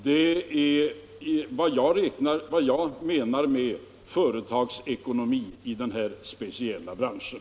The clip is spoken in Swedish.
Det är vad jag menar med företagsekonomi i den här speciella branschen.